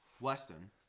Weston